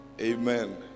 Amen